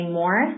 more